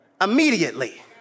immediately